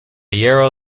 yarrow